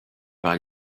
par